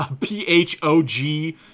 P-H-O-G-